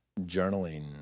journaling